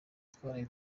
twaraye